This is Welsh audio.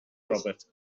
roberts